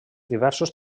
diversos